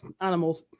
animals